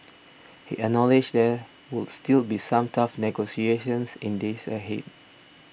he acknowledged there would still be some tough negotiations in days ahead